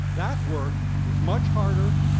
that work is much harder,